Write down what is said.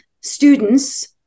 students